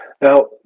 Now